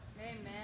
Amen